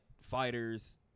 fighters